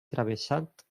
travessat